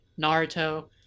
Naruto